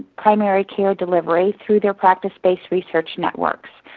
primary care delivery through their practice-based research networks.